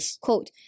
quote